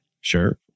Sure